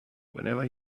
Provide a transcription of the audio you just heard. whenever